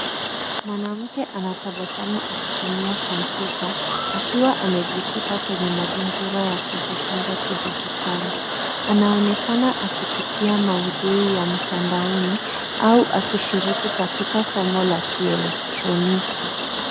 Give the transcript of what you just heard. Mwanamke anatabasamu akitumia komputa akiwa amejikita kwenye mazingira ya kujifunza kidijitali. Anaonekana akipitia maudhui ya mtandaoni au akishiriki katika somo la kielektroniki.